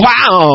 Wow